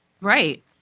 Right